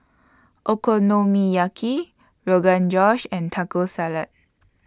Okonomiyaki Rogan Josh and Taco Salad